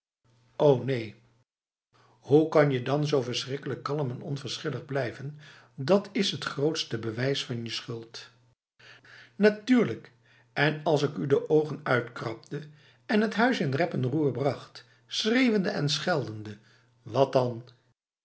o neenf hoe kan je dan zo verschrikkelijk kalm en onverschillig blijven dat is het grootste bewijs van je schuld natuurlijk en als ik u de ogen uitkrabde en het huis in rep en roer bracht schreeuwende en scheldende wat dan